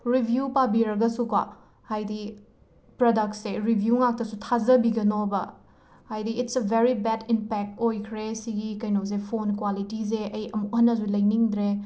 review ꯄꯥꯕꯤꯔꯒꯁꯨꯀꯣ ꯍꯥꯏꯗꯤ ꯄ꯭ꯔꯗꯛꯁꯦ ꯔꯤꯚ꯭ꯌꯨ ꯉꯥꯛꯇꯁꯨ ꯊꯥꯖꯕꯤꯒꯅꯣꯕ ꯍꯥꯏꯗꯤ it's a very bad impact ꯑꯣꯏꯈ꯭ꯔꯦ ꯁꯤꯒꯤ ꯀꯩꯅꯣꯁꯦ ꯐꯣꯟ ꯀ꯭ꯋꯥꯂꯤꯇꯤꯖꯦ ꯑꯩ ꯑꯃꯨꯛ ꯍꯟꯅꯖꯨ ꯂꯩꯅꯤꯡꯗ꯭ꯔꯦ